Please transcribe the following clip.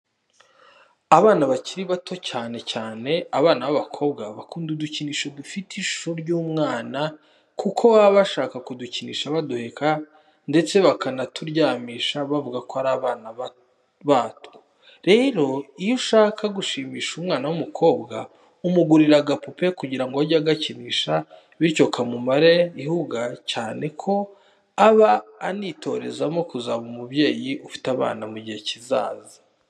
Abana bakiri bato cyane cyane, abana b'abakobwa bakunda udukinisho dufite ishusho y'umwana kuko baba bashaka kudukinisha baduheka ndetse bakanaturyamisha bavuga ko ari abana batwo. Rero iyo ushaka gushimisha umwana w'umukobwa umugurira agapupe kugira ngo ajye agakinisha bityo kamumare ihuga cyane ko aba anitorezamo kuzaba umubyeyi ufite abana mu gihe kizaza.